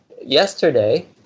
yesterday